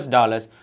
Dollars